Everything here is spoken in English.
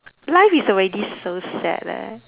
life is already so sad leh